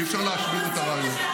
אי-אפשר להשמיד את הרעיון,